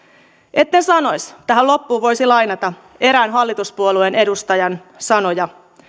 etten sanoisi tähän loppuun voisi lainata erään hallituspuolueen edustajan sanoja